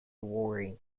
awori